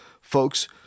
folks